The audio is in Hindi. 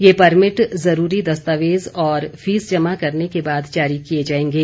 यह परमिट जरूरी दस्तावेज और फीस जमा करने के बाद जारी किये जायेंगे